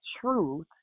truth